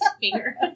finger